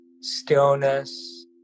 stillness